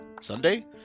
Sunday